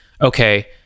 okay